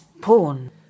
porn